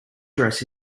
dress